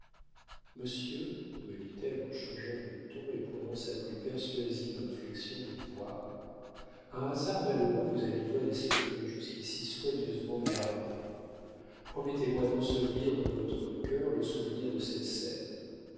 monsieur me dit-elle en changeant de ton et prenant sa plus persuasive inflexion de voix un hasard malheureux vous a livré des secrets jusqu'ici soigneusement gardés promettez-moi d'ensevelir dans votre cœur le souvenir de cette scène